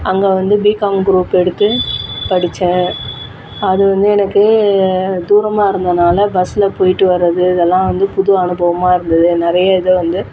அங்கே வந்து BCom group எடுத்து படித்தேன் அதுவந்து எனக்கு தூரமாக இருந்ததினால பஸ்ஸில் போய்ட்டு வர்றது இதுலாம் வந்து புது அனுபவமாக இருந்தது நிறைய இத வந்து